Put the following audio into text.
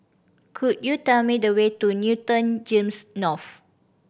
could you tell me the way to Newton GEMS North